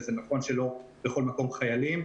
וזה נכון שלא בכל מקום יש חיילים,